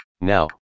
Now